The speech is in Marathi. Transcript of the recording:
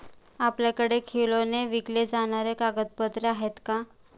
आपल्याकडे किलोने विकली जाणारी कागदपत्रे आहेत का?